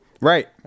Right